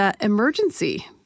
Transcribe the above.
emergency